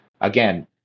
again